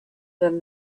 than